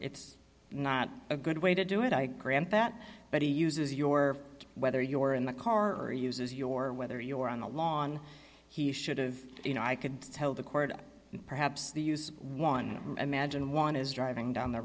it's not a good way to do it i grant that but he uses your whether your in the car uses your whether you're on the lawn he should have you know i could tell the court perhaps the use one imagine one is driving down the